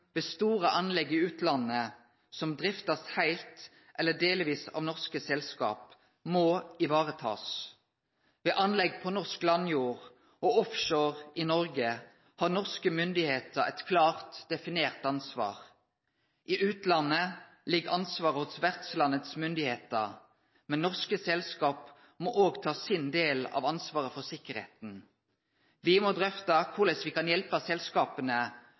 ved store anlegg i utlandet som blir drifta heilt eller delvis av norske selskap, må varetakast. Ved anlegg på norsk landjord og offshore i Norge har norske myndigheiter eit klart definert ansvar. I utlandet ligg ansvaret hos vertslandets myndigheiter. Men norske selskap må òg ta sin del av ansvaret for sikkerheita. Me må drøfte korleis me kan hjelpe selskapa